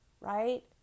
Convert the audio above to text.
right